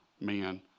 man